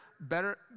Better